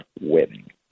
winning